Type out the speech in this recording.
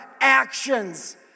actions